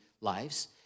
lives